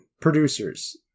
producers